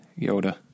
Yoda